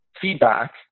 feedback